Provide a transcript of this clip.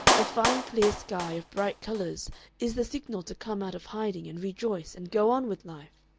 a fine clear sky of bright colors is the signal to come out of hiding and rejoice and go on with life.